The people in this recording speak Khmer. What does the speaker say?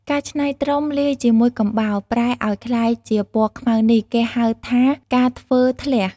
ការច្នៃត្រុំលាយជាមួយកំបោរ ប្រែឱ្យក្លាយជាពណ៌ខ្មៅនេះ គេហៅថា "ការធ្វើធ្លះ"។